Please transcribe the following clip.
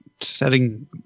setting